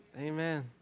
Amen